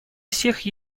всех